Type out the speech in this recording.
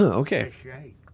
Okay